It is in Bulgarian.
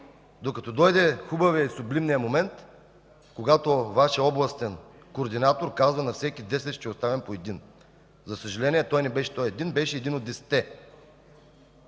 докато дойде хубавият, сюблимният момент, когато Вашият областен координатор казва: „На всеки десет ще оставям по един.” За съжаление той не беше този един, беше един от